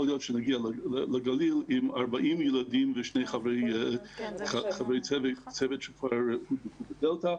להיות שנגיע לגליל עם 40 ילדים ושני חברי צוות שכבר נדבקו בנגיף הדלתא.